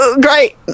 great